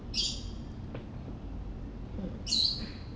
mm